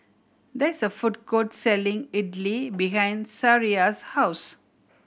there is a food court selling Idili behind Sariah's house